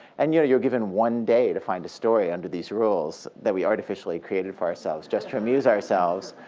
and you're you're given one day to find a story under these rules that we artificially created for ourselves just to amuse ourselves.